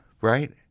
right